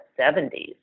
70s